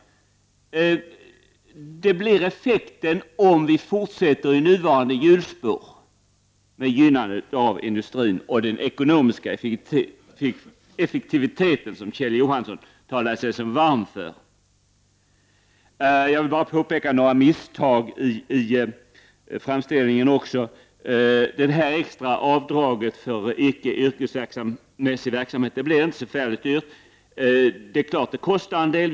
Sådan kan effekten bli, om vi fortsätter i samma hjulspår med den ekonomiska effektiviteten och gynnandet av industrin, som Kjell Johansson talade sig så varm för. Jag vill bara påpeka några felaktigheter i Kjell Johanssons framställning. Det extra avdraget för icke yrkesmässig verksamhet blir inte så förfärligt dyrbart. Det är klart att avdraget kostar en del.